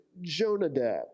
Jonadab